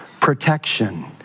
Protection